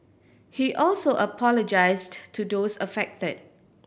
he also apologised to those affected